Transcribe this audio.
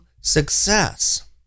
success